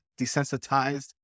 desensitized